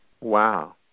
Wow